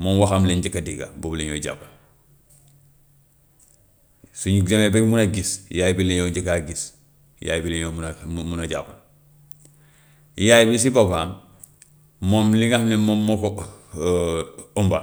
moom waxam la ñu njëkk a dégga boobu lañuy jàpp. Su ñu demee ba mun a gis yaay bi lañoo njëkk a gis, yaay bi lañoo mun a xa- mun mun a jàpp. Yaay bi si boppam moom li nga xam ne moom moo ko ëmba.